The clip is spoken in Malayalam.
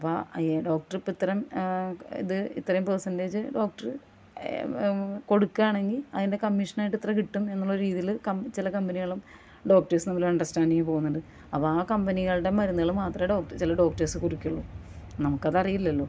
അപ്പോൾ ഈ ഡോക്ടർ ഇപ്പാ അത്രയും ഇത് ഇത്രയും പേസൻറ്റേജ് ഡോക്ടർ കൊടുക്കുകയാണെങ്കിൽ അതിൻ്റെ കമ്മീഷനായിട്ട് ഇത്ര കിട്ടും എന്നുള്ളൊരു രീതിയിൽ ചില കമ്പനികളും ഡോക്ടേഴ്സും തമ്മിൽ അണ്ടർസ്റ്റാൻഡിൽ പോകുന്നുണ്ട് അപ്പോൾ ആ കമ്പനികളുടെ മരുന്നുകൾ മാത്രമേ ഡോക്ടറ് ചില ഡോക്ട്ടേസ് കുറിക്കുകയുള്ളു നമുക്ക് അതറിയില്ലല്ലോ